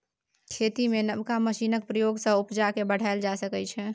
खेती मे नबका मशीनक प्रयोग सँ उपजा केँ बढ़ाएल जा सकै छै